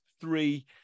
three